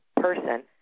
person